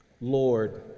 Lord